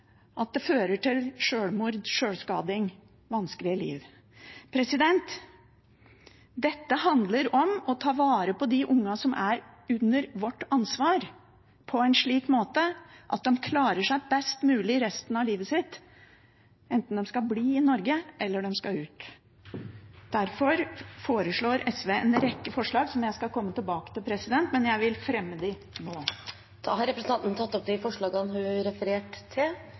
at det fører til sjølmord, sjølskading, vanskelige liv. Dette handler om å ta vare på de ungene som er under vårt ansvar, på en slik måte at de klarer seg best mulig resten av livet sitt, enten de skal bli i Norge eller de skal ut. Derfor foreslår SV en rekke forslag som jeg skal komme tilbake til, men jeg vil fremme dem nå. Representanten Karin Andersen har tatt opp de forslagene hun refererte til.